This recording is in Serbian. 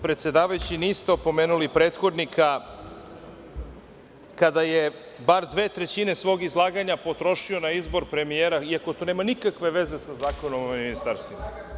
Predsedavajući, niste opomenuli prethodnika kada je bar dve trećine svog izlaganja potrošio na izbor premijera, iako to nema nikakve veze sa Zakonom o ministarstvima.